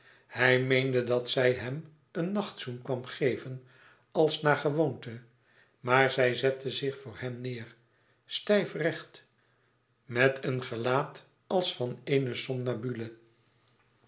hij meende dat zij hem een nachtzoen kwam geven als naar gewoonte maar zij zette zich voor hem neêr stijfrecht met een gelaat als van eene somnambule